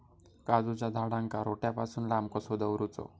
काजूच्या झाडांका रोट्या पासून लांब कसो दवरूचो?